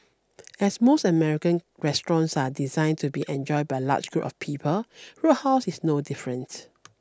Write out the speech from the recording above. as most American restaurants are designed to be enjoyed by large groups of people Roadhouse is no different